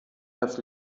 das